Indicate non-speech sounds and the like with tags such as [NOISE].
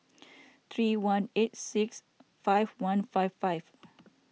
[NOISE] three one eight six five one five five